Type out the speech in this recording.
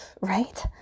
right